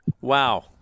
Wow